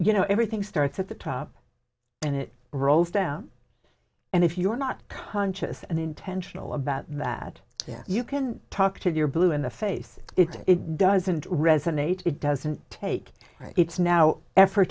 you know everything starts at the top and it rolls down and if you're not conscious and intentional about that yeah you can talk to your blue in the face it it doesn't resonate it doesn't take it's now effort